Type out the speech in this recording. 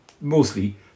Mostly